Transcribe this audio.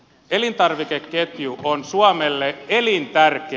elintarvikeketju on suomelle elintärkeä